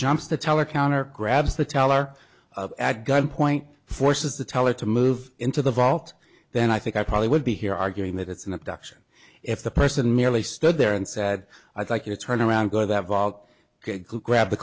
jumps the teller counter crabs the teller of ad gunpoint forces the teller to move into the vault then i think i probably would be here arguing that it's an abduction if the person merely stood there and said i'd like to turn around go that vog grab the